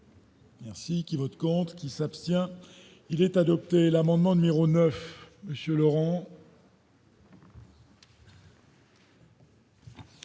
Merci qui vote contre qui s'abstient, il est adopté, l'amendement numéro 9, monsieur Laurent.